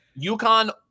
UConn